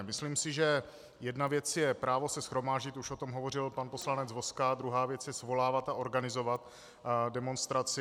Myslím si, že jedna věc je právo se shromáždit, už o tom hovořil pan poslanec Vozka, druhá věc je svolávat a organizovat demonstraci.